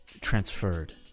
Transferred